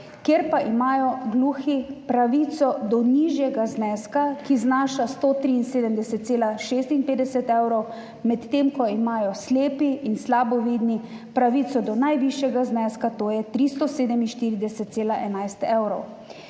kjer pa imajo gluhi pravico do nižjega zneska, ki znaša 173,56 evra, medtem ko imajo slepi in slabovidni pravico do najvišjega zneska, to je 347,11 evra.